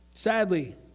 Sadly